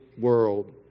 world